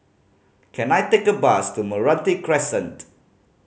can I take a bus to Meranti Crescent